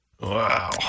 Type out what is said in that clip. Wow